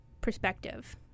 perspective